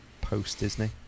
post-Disney